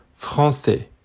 français